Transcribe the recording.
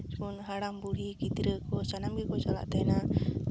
ᱡᱮᱢᱚᱱ ᱦᱟᱲᱟᱢ ᱵᱩᱲᱦᱤ ᱜᱤᱫᱽᱨᱟᱹ ᱠᱚ ᱥᱟᱱᱟᱢ ᱜᱮᱠᱚ ᱪᱟᱞᱟᱜ ᱛᱟᱦᱮᱱᱟ